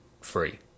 free